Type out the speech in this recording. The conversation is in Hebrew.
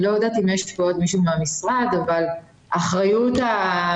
אני לא יודעת אם יש כאן עוד מישהו מהמשרד אבל האחריות לחוק